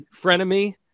frenemy